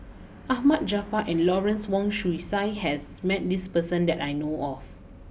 Ahmad Jaafar and Lawrence Wong Shyun Tsai has met this person that I know of